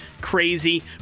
crazy